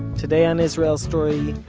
today on israel story,